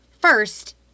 first